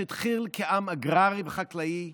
שהתחיל כעם אגררי וחקלאי,